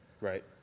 right